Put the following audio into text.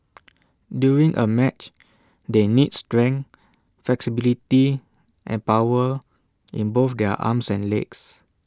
during A match they need strength flexibility and power in both their arms and legs